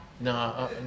No